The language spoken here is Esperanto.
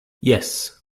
jes